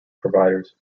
providers